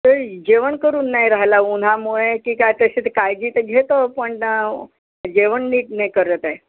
ते जेवण करून नाही राहिला उन्हामुळे की काय तसे तर काळजी तर घेतो पण जेवण नीट नाही करत आहे